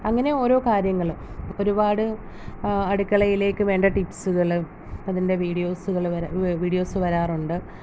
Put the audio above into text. അങ്ങനെ ഓരോ കാര്യങ്ങള് ഒരുപാട് അടുക്കളയിലേക്ക് വേണ്ട ടിപ്സുകള് അതിൻ്റെ വീഡിയോസുകള് വരാ വീഡിയോസ് വരാറുണ്ട്